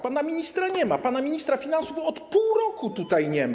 Pana ministra nie ma, pana ministra finansów od pół roku tutaj nie ma.